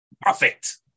perfect